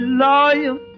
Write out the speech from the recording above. loyal